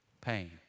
pain